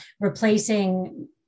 replacing